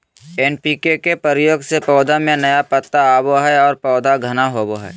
NPK के प्रयोग से पौधा में नया पत्ता आवो हइ और पौधा घना होवो हइ